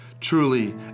Truly